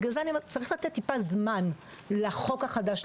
בגלל זה אני אומרת: צריך לתת טיפה זמן לחוק החדש,